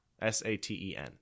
S-A-T-E-N